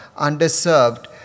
underserved